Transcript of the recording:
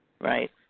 right